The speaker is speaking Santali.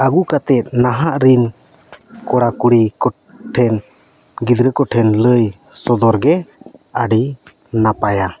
ᱟᱹᱜᱩ ᱠᱟᱛᱮᱫ ᱱᱟᱦᱟᱜ ᱨᱤᱱ ᱠᱚᱲᱟ ᱠᱩᱲᱤ ᱠᱚᱴᱷᱮᱱ ᱜᱤᱫᱽᱨᱟᱹ ᱠᱚᱴᱷᱮᱱ ᱞᱟᱹᱭ ᱥᱚᱫᱚᱨ ᱜᱮ ᱟᱹᱰᱤ ᱱᱟᱯᱟᱭᱟ